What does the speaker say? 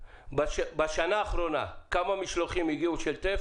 בשנה האחרונה כמה משלוחים הגיעו של טף